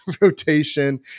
rotation